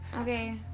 okay